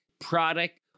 product